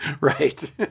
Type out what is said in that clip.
Right